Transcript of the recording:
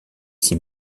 six